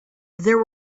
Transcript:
there